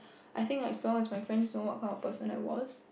I think as long as my friends know what kind of person I was